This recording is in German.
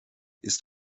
ist